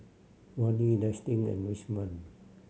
Vannie Destin and Richmond